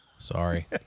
Sorry